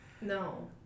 no